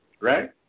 right